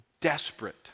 desperate